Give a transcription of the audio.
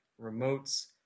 Remotes